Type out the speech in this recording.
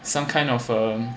some kind of uh